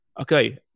Okay